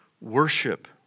worship